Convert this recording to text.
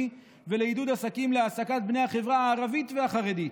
ולעידוד עסקים להעסקת בני החברה הערבית והחברה החרדית.